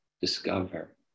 discover